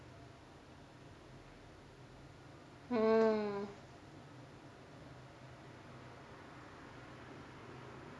mm